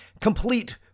complete